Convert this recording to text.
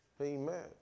Amen